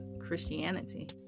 Christianity